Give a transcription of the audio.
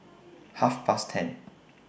Half Past ten